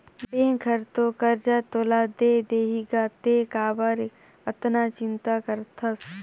bank हर तो करजा तोला दे देहीगा तें काबर अतना चिंता करथस